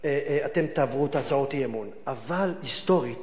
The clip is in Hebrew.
אתם תעברו את הצעות האי-אמון, אבל היסטורית